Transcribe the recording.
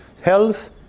health